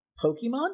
Pokemon